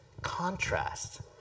contrast